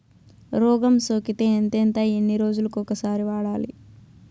రోగం సోకితే ఎంతెంత ఎన్ని రోజులు కొక సారి వాడాలి?